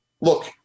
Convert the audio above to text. look